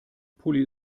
pulli